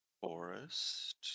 Forest